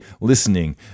listening